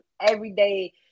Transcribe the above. everyday